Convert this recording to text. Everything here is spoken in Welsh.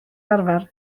arfer